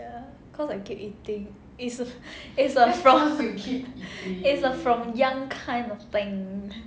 ya cause I keep eating is a is a is a from young kind of thing